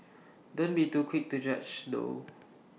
don't be too quick to judge though